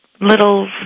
little